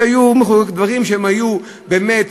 דברים שהיו באמת,